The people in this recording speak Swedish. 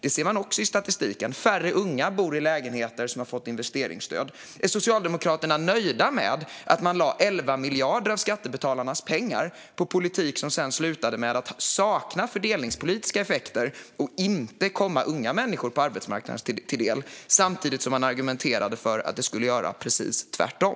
Det ser man också i statistiken. Färre unga bor i lägenheter som har fått investeringsstöd. Är Socialdemokraterna nöjda med att man lade 11 miljarder av skattebetalarnas pengar på politik som visade sig sakna fördelningspolitiska effekter och inte komma unga människor till del, samtidigt som man argumenterade för att den skulle fungera precis tvärtom?